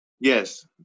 Yes